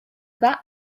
that